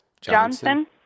Johnson